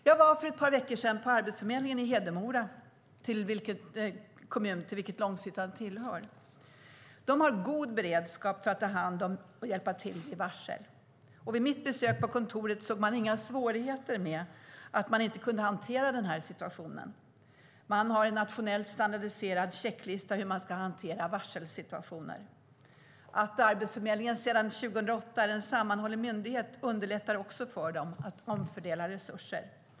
Jag var för ett par veckor sedan på Arbetsförmedlingen i Hedemora kommun, till vilken Långshyttan tillhör. De har god beredskap för att ta hand om och hjälpa till vid varsel. Vid mitt besök av kontoret såg de inga svårigheter med att hantera situationen. De har en nationell standardiserad checklista för hur de ska hantera varselsituationer. Att Arbetsförmedlingen sedan 2008 är en sammanhållen myndighet underlättar också för dem att omfördela resurser.